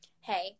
hey